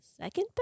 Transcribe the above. Second